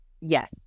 Yes